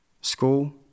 school